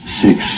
six